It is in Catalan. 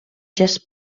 gest